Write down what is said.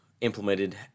implemented